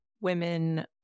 women